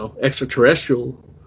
extraterrestrial